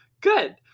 good